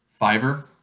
Fiverr